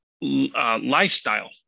lifestyle